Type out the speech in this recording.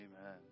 Amen